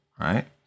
right